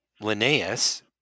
Linnaeus